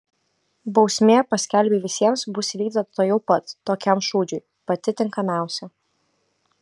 bausmė paskelbei visiems bus įvykdyta tuojau pat tokiam šūdžiui pati tinkamiausia